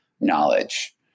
knowledge